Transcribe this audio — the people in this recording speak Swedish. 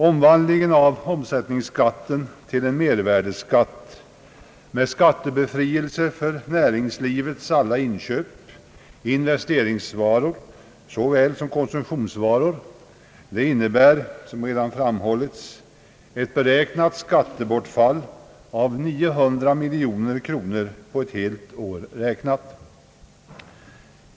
Omvandlingen av omsättningsskatten till en mervärdeskatt med skattebefrielse för näringslivets alla inköp, investeringsvaror såväl som konsumtionsvaror, innebär, som redan har framhållits, ett beräknat skattebortfall på 900 miljoner kronor för ett helt år räknat.